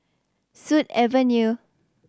Sut Avenue